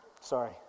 Sorry